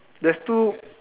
there's two